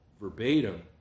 verbatim